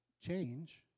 change